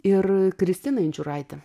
ir kristiną inčiūraitę